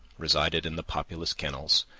resided in the populous kennels,